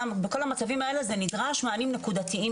בכל המצבים האלה נדרש מענים נקודתיים,